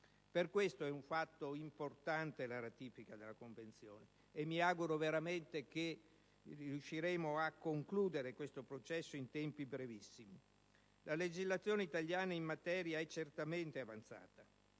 Per questo è importante la ratifica della Convenzione e mi auguro veramente che riusciremo a concludere questo processo in temi brevissimi. La legislazione italiana è in materia certamente avanzata,